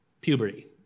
puberty